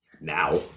Now